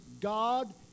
God